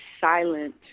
silent